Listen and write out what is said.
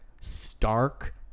stark